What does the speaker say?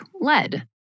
lead